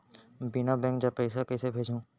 बिना बैंक जाए पइसा कइसे भेजहूँ?